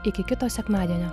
iki kito sekmadienio